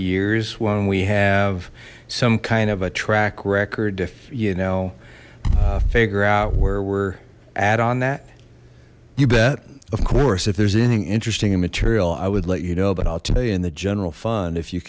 years when we have some kind of a track record to you know figure out where we're at on that you bet of course if there's anything interesting in material i would let you know but i'll tell you in the general fund if you